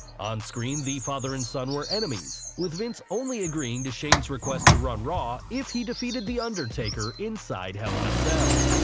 on-screen, the father and son were enemies, with vince only agreeing to shane's request to run raw, if he defeated the undertaker inside hell in a cell.